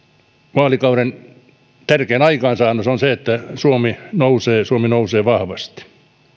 vaalikauden tärkein aikaansaannos on se että suomi nousee suomi nousee vahvasti